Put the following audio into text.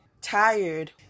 tired